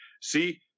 see